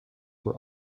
were